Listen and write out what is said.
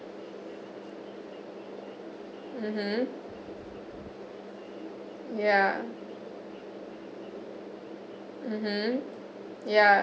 mmhmm ya mmhmm ya